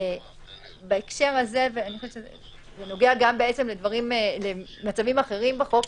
אני חושבת שזה נוגע גם למצבים אחרים בחוק,